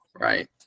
Right